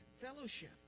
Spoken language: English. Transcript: fellowship